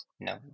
No